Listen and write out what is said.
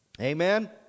Amen